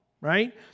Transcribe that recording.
right